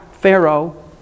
Pharaoh